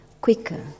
quicker